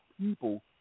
people